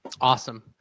Awesome